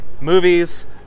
movies